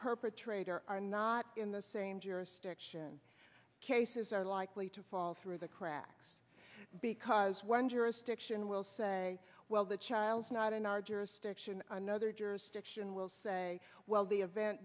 perpetrator are not in the same jurisdiction cases are likely to fall through the cracks because one jurisdiction will say well the child's not in our jurisdiction another jurisdiction will say well the event